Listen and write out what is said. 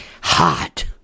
hot